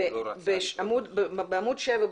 עמוד 7,